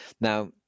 Now